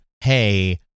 hey